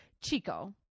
Chico